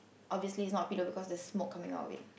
obviously it's not a pillow because there's smoke coming out of it